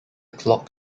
clock